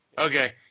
Okay